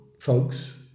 folks